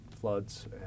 floods